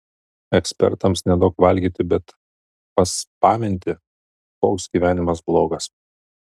ekspertams neduok valgyti bet paspaminti koks gyvenimas blogas